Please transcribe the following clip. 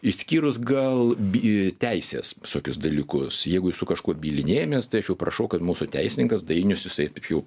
išskyrus gal bi teisės visokius dalykus jeigu su kažkuo bylinėjamės tai aš jau prašau kad mūsų teisininkas dainius jisai taip jau